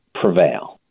prevail